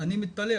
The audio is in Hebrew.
אני מתפלא.